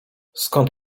skąd